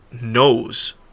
knows